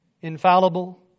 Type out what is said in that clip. Infallible